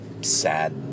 Sad